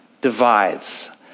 divides